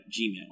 gmail